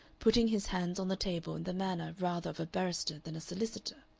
putting his hands on the table in the manner rather of a barrister than a solicitor,